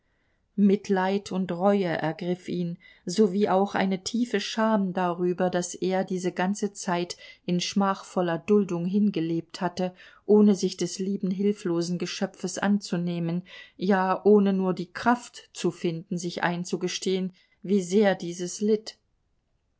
mitleid und reue ergriff ihn sowie auch eine tiefe scham darüber daß er diese ganze zeit in schmachvoller duldung hingelebt hatte ohne sich des lieben hilflosen geschöpfes anzunehmen ja ohne nur die kraft zu finden sich einzugestehen wie sehr dieses litt